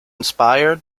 inspire